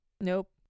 Nope